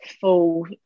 full